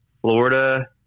Florida